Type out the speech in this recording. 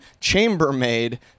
chambermaid